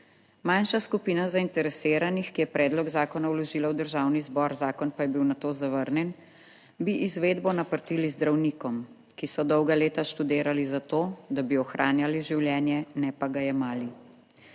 Manjša skupina zainteresiranih, ki je predlog zakona vložila v Državni zbor, zakon pa je bil nato zavrnjen, bi izvedbo naprtili zdravnikom, ki so dolga leta študirali za to, da bi ohranjali življenje, ne pa ga jemali.